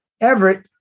Everett